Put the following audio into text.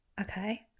okay